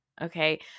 Okay